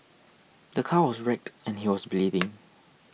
the car was wrecked and he was bleeding